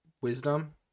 wisdom